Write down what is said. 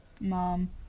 Mom